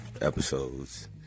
episodes